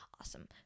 Awesome